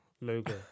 logo